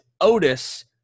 Otis